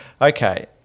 okay